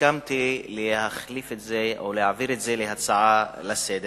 הסכמתי להחליף את זה או להעביר את זה להצעה לסדר-היום.